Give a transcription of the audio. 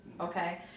Okay